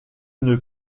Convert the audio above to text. une